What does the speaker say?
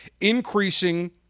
increasing